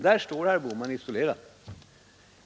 Där står herr Bohman isolerad.